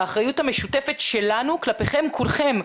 האחריות המשותפת שלנו כלפיכם כולכם,